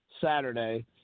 Saturday